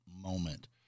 moment